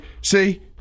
see –